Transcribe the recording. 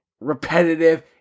repetitive